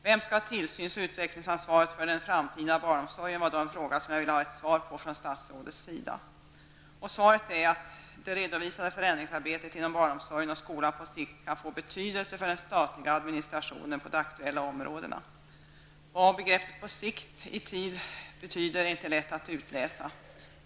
Vem skall ha tillsyns och utvecklingsansvaret för den framtida barnomsorgen, var då den fråga jag ville ha ett svar på från statsrådets sida. Svaret är att det redovisade förändringsarbetet inom barnomsorgen och skolan på sikt kan få betydelse för den statliga administrationen på de aktuella områdena. Vad begreppet på sikt i tid betyder är inte lätt att utläsa.